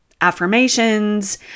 affirmations